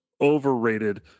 overrated